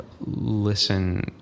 listen